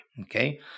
Okay